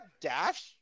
Dash